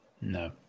no